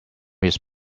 his